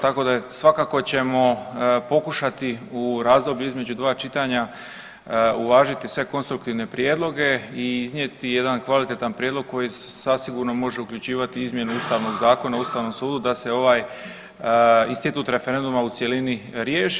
Tako da svakako ćemo pokušati u razdoblju između 2 čitanja uvažiti sve konstruktivne prijedloge i iznijeti jedan kvalitetan prijedlog koji zasigurno može uključivati izmjenu Ustavnog zakona Ustavnom sudu da se ovaj institut referenduma u cjelini riješi.